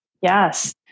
Yes